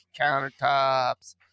countertops